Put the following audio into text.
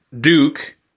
Duke